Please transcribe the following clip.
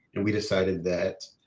and we decided that